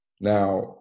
Now